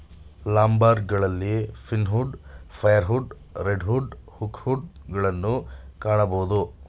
ಲಂಬರ್ಗಳಲ್ಲಿ pine wood, fir wood, red wood, oak wood ಗಳನ್ನು ಕಾಣಬೋದು